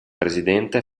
presidente